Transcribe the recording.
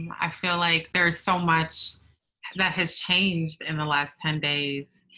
i feel like there is so much that has changed in the last ten days,